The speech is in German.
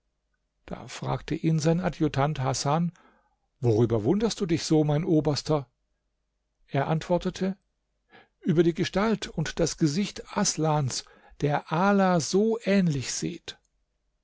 da fragte ihn sein adjutant hasan worüber wunderst du dich so mein oberster er antwortete über die gestalt und das gesicht aßlans der ala so ähnlich sieht